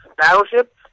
Battleship